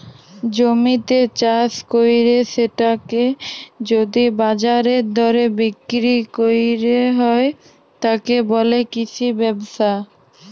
জমিতে চাস কইরে সেটাকে যদি বাজারের দরে বিক্রি কইর হয়, তাকে বলে কৃষি ব্যবসা